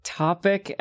topic